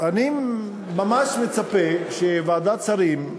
אני ממש מצפה שוועדת השרים,